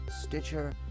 Stitcher